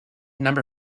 number